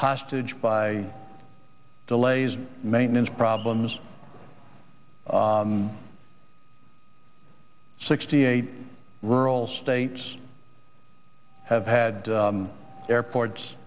hostage by delays maintenance problems sixty eight rural states have had airports